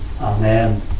Amen